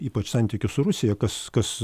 ypač santykius su rusija kas kas